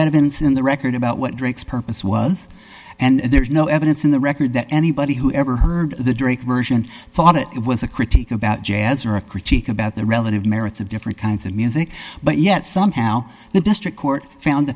evidence in the record about what drinks purpose was and there's no evidence in the record that anybody who ever heard the drake version thought it was a critique about jazz or a critique about the relative merits of different kinds of music but yet somehow the district court found